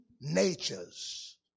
natures